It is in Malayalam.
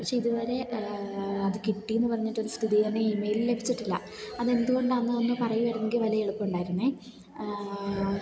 പക്ഷെ ഇതു വരെ അത് കിട്ടിയെന്നു പറഞ്ഞിട്ടൊരു സ്ഥിതീകരണ ഈമെയിൽ ലഭിച്ചിട്ടില്ല അതെന്തു കൊണ്ടാണെന്ന് ഒന്ന് പറയുമായിരുന്നെങ്കിൽ വലിയ എളുപ്പമുണ്ടായിരുന്നത്